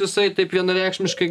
jisai taip vienareikšmiškai